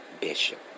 Bishop